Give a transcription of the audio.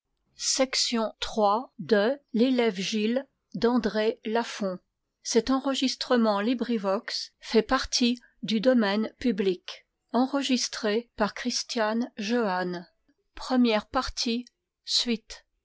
de l'allée la